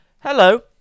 Hello